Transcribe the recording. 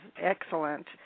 excellent